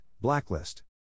blacklist